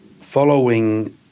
following